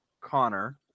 Connor